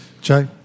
Jay